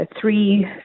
three